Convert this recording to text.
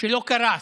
שלא קרס: